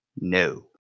No